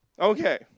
Okay